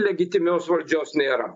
legitimios valdžios nėra